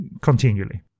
continually